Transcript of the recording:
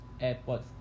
airpods